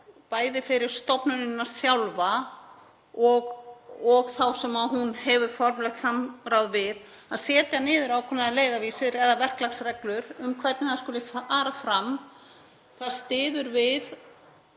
bæði fyrir stofnunina sjálfa og þá sem hún hefur formlegt samráð við, að setja niður ákveðinn leiðarvísi eða verklagsreglur um hvernig samráð skuli fara fram. Það styður við